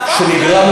אחרת,